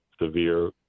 severe